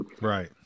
Right